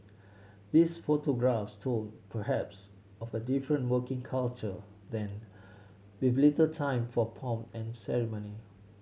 these photographs told perhaps of a different working culture then with little time for pomp and ceremony